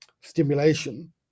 stimulation